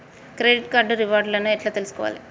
Credit card reward లను ఎట్ల తెలుసుకోవాలే?